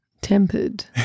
tempered